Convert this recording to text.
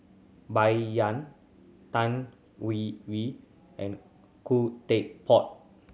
Bai Yan Tan Hwee Hwee and Khoo Teck Puat